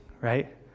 right